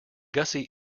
gussie